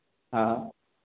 हाँ